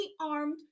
armed